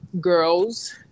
girls